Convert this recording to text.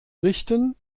richten